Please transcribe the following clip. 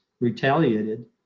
retaliated